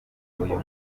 uyu